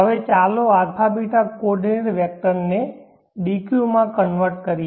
હવે ચાલો αβ કોઓર્ડિનેટ વેક્ટરને dq માં કન્વર્ટ કરીએ